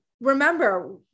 remember